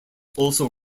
also